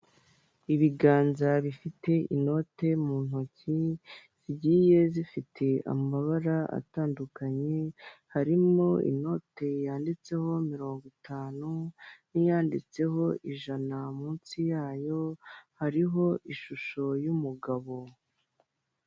Ibiganza bifite inote mu ntoki, zigiye zifite amabara atandukanye. Harimo inote yanditseho mirongo itanu, niyanditseho ijana munsi yayo; hariho ishusho y' umugabo.